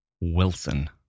Wilson